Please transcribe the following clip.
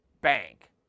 Bank